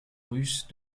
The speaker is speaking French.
russe